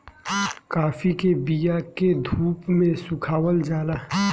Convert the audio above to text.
काफी के बिया के धूप में सुखावल जाला